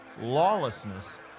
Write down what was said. Lawlessness